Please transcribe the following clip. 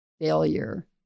failure